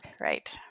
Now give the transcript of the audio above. Right